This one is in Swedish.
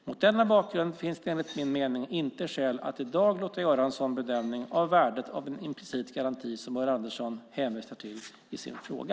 Mot denna bakgrund finns det enligt min mening inte skäl att i dag låta göra en sådan bedömning av värdet av en implicit garanti som Ulla Andersson hänvisar till i sin fråga.